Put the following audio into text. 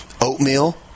oatmeal